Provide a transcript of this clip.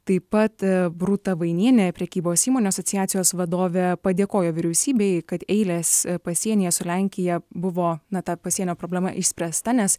taip pat rūta vainienė prekybos įmonių asociacijos vadovė padėkojo vyriausybei kad eilės pasienyje su lenkija buvo na ta pasienio problema išspręsta nes